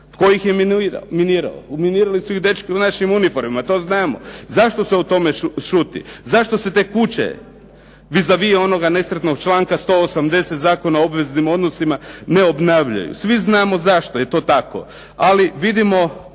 Tko ih je minirao? Minirali su ih dečki u našim uniformama, to znamo. Zašto se o tome šuti? Zašto se te kuće vis-a-vis onoga nesretnog članka 180. Zakona o obveznim odnosima ne obnavljaju? Svi znamo zašto je to tako, ali vidimo